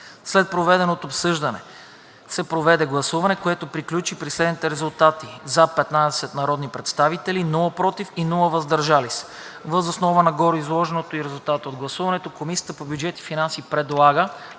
След обсъждането се проведе гласуване, което приключи при следните резултати: „за“ – 15 народни представители, без „против“ и „въздържал се“. Въз основа на гореизложеното и резултатите от гласуването Комисията по бюджет и финанси предлага